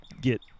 get